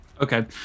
Okay